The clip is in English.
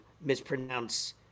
mispronounce